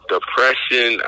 Depression